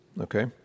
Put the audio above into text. okay